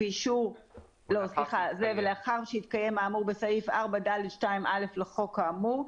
ולאחר שהתקיים האמור בסעיף 4(ד)(2)(א) לחוק האמור,